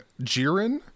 Jiren